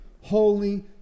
holy